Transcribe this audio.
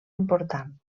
important